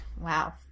Wow